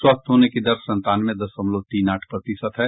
स्वस्थ होने की दर संतानवे दशमलव तीन आठ प्रतिशत है